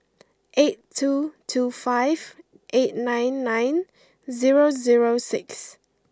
eight two two five eight nine nine zero zero six